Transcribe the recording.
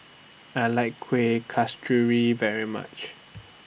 I like Kueh Kasturi very much